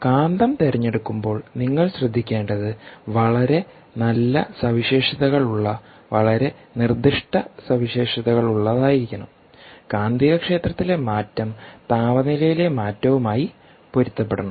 കാന്തം തിരഞ്ഞെടുക്കുമ്പോൾ നിങ്ങൾ ശ്രദ്ധിക്കേണ്ടത് വളരെ നല്ല സവിശേഷതകളുള്ള വളരെ നിർദ്ദിഷ്ട സവിശേഷതകളുള്ളതായിരിക്കണം കാന്തികക്ഷേത്രത്തിലെ മാറ്റം താപനിലയിലെ മാറ്റവുമായി പൊരുത്തപ്പെടണം